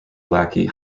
lackey